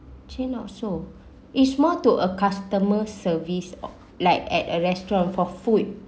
chain also is more to a customer service or like at a restaurant for food